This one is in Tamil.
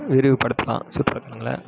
விரிவுபடுத்தலாம் சுற்றுலாத்தலங்களை